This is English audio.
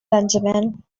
benjamin